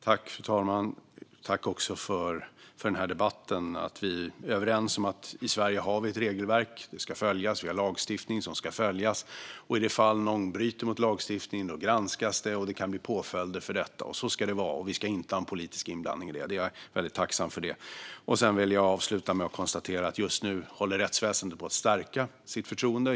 Fru talman! Jag tackar för debatten. Vi är överens om att det finns ett regelverk i Sverige som ska följas, och det finns lagstiftning som ska följas. I det fall någon bryter mot lagstiftningen granskas det, och det kan bli påföljder. Så ska det vara, och det ska inte vara en politisk inblandning där - och det är jag tacksam för. Jag avslutar med att konstatera att just nu håller rättsväsendet på att stärka sitt förtroende.